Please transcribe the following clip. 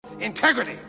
Integrity